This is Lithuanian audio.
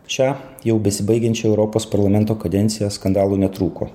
šią jau besibaigiančio europos parlamento kadenciją skandalų netrūko